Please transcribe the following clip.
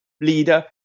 leader